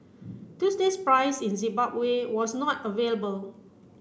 Tuesday's price in Zimbabwe was not available